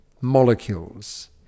molecules